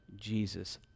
Jesus